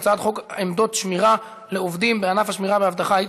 הצעת חוק הזכות לעבודה בישיבה (תיקון מס' 3)